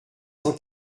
cent